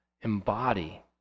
embody